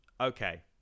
Okay